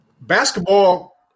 basketball